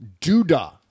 Duda